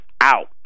out